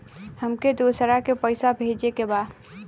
हमके दोसरा के पैसा भेजे के बा?